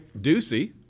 Ducey